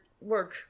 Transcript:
work